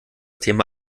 thema